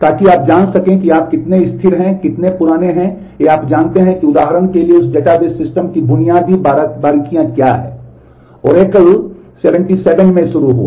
ताकि आप जान सकें कि आप कितने स्थिर हैं कितने पुराने हैं या आप जानते हैं कि उदाहरण के लिए उस डेटाबेस सिस्टम की बुनियादी बारीकियां क्या हैं ओरेकल 77 में शुरू हुआ